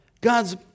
God's